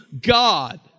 God